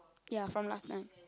ya from last time